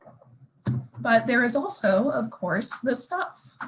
but there is also, of course, the stuff.